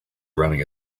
running